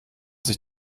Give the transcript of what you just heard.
sich